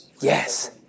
Yes